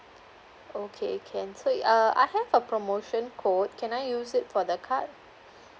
okay can so uh I have a promotion code can I use it for the card